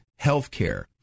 healthcare